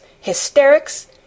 hysterics